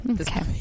okay